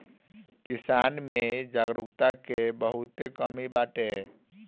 किसान में जागरूकता के बहुते कमी बाटे